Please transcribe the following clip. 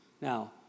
Now